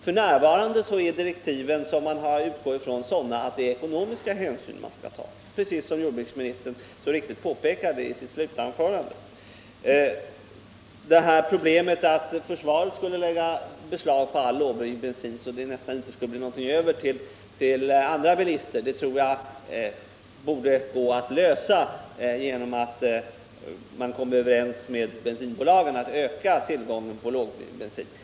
F. n. är direktiven sådana att man har att ta ekonomiska hänsyn, som jordbruksministern så riktigt påpekade i sitt senaste anförande. Problemet att försvaret skulle lägga beslag på all lågblybensin så att det nästan inte skulle bli något över till andra bilister tror jag skulle gå att lösa genom att komma överens med bensinbolagen om att öka tillgången till lågblybensin.